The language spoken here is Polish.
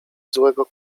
złego